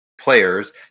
players